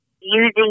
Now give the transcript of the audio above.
using